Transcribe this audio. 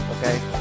Okay